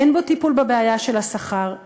אין בו טיפול בבעיה של השכר,